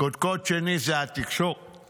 קודקוד שני זה התקשורת